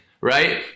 right